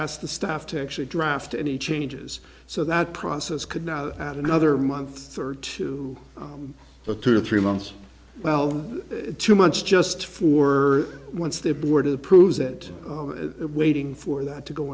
ask the staff to actually draft any changes so that process could not add another month or two but two or three months well too much just for once they boarded proves that waiting for that to go